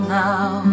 now